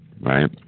right